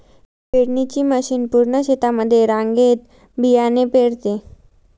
पेरणीची मशीन पूर्ण शेतामध्ये रांगेत बियाणे पेरते